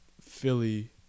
Philly